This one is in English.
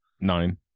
nine